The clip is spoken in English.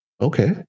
Okay